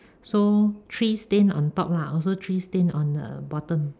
so three stain on top lah also three stain on the bottom